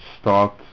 start